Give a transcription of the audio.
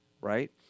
right